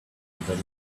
lookout